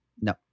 No